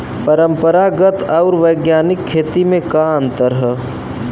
परंपरागत आऊर वैज्ञानिक खेती में का अंतर ह?